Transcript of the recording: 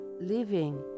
living